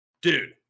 dude